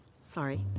Sorry